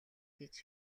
гэж